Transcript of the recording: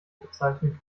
bezeichnen